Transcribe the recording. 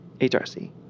HRC